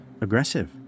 Aggressive